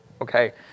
okay